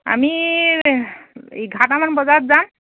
আমি ইঘাৰটামান বজাত যাম